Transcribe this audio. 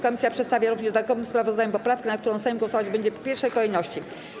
Komisja przedstawia również w dodatkowym sprawozdaniu poprawkę, nad którą Sejm głosować będzie w pierwszej kolejności.